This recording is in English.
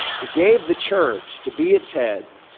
he gave the church to be its head,